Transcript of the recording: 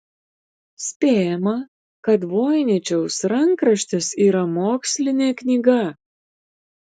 spėjama kad voiničiaus rankraštis yra mokslinė knyga